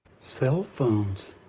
cell phones.